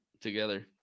together